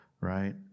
right